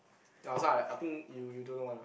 ah so I I think you you don't know one lah